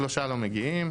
שלושה לא מגיעים,